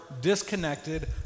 disconnected